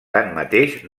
tanmateix